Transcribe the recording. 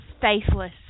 faithless